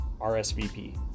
RSVP